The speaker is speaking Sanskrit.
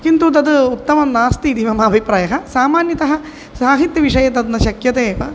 किन्तु तद् उत्तमं नास्ति इति मम अभिप्रायः सामान्यतः साहित्यविषये तद् न शक्यते एव